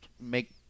make